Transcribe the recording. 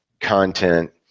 content